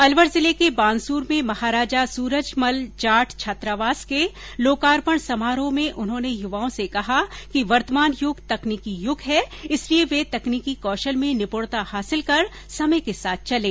अलवर जिले के बानसूर में महाराजा सूरजमल जाट छात्रावास के लोकार्पण समारोह में उन्होंने युवाओं से कहा कि वर्तमान युग तकनीकी युग है इसलिए वे तकनीकी कौशल में निपुणता हासिल कर समय के साथ चलें